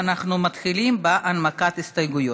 ואנחנו מתחילים בהנמקת ההסתייגויות.